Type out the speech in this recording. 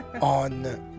on